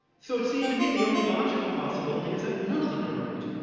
so it seemed to me the only logical possibility is that none of them are right.